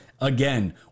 Again